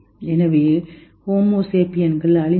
எனவே ஹோமோ சேபியன்கள் அழிந்துவிடும்